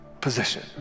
position